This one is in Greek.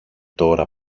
τώρα